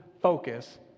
focus